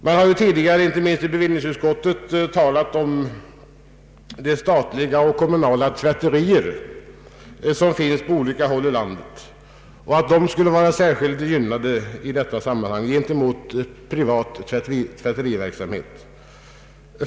Man har tidigare, inte minst i bevillningsutskottet, talat om de statliga och kommunala tvätterier som finns på olika håll i landet och: att de skulle vara särskilt gynnade gentemot privat tvätteriverksamhet i detta sammanhang.